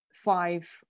five